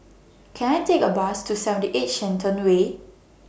Can I Take A Bus to seventy eight Shenton Way